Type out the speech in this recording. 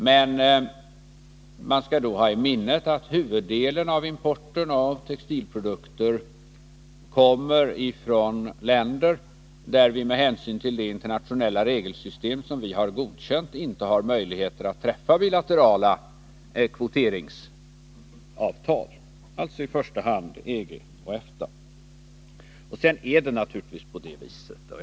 Men man skall ha i minnet att huvuddelen av importen av textilprodukter kommer från länder med vilka vi, med hänsyn till det internationella regelsystem som vi har godkänt, inte har möjligheter att träffa bilaterala kvoteringsavtal. Det är i första hand länder inom EG och EFTA.